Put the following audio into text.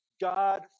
God